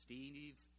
Steve